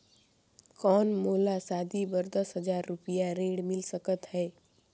कौन मोला शादी बर दस हजार रुपिया ऋण मिल सकत है?